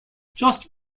just